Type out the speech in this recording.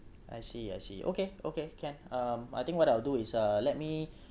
I see I see okay okay can um I think what I'll do is uh let me